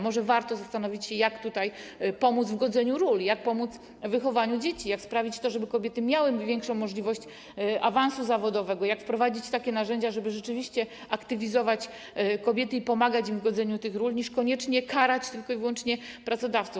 Może warto zastanowić się, jak tutaj pomóc w godzeniu ról, jak pomóc w wychowaniu dzieci, jak sprawić, żeby kobiety miały większą możliwość awansu zawodowego, wprowadzić takie narzędzia, żeby rzeczywiście aktywizować kobiety i pomagać im w godzeniu tych ról, a nie koniecznie karać tylko i wyłącznie pracodawców.